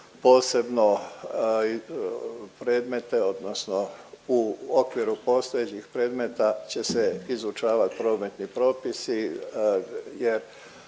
posebno predmete odnosno u okviru postojećih predmeta će se izučavati prometni propisi jer